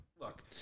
Look